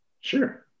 sure